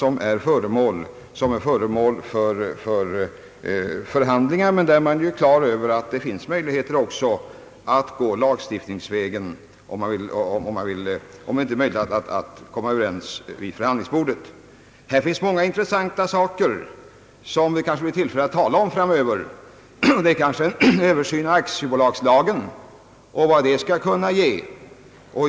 En fråga som är föremål för förhandlingar samtidigt som det är klart att lagstiftningsvägen kan utnyttjas om det inte är möjligt att komma överens vid förhandlingsbordet. Här finns många intressanta saker som det kanske blir tillfälle att tala om framöver — exempelvis en översyn av aktiebolagslagen och vad det skall kunna ge.